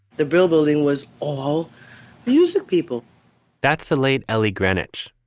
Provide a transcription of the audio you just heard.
the brill building was all music people that's the late ellie greenwich.